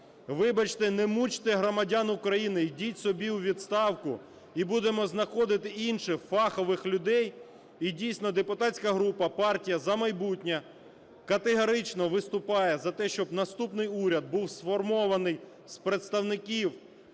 вибачте, не мучте громадян України, йдіть собі у відставку і будемо знаходити інших фахових людей. І, дійсно, депутатська група "Партія "За майбутнє" категорично виступає за те, щоб наступний уряд був сформований з представників